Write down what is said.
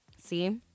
See